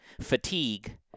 fatigue